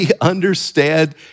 understand